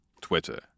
Twitter